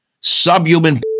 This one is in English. subhuman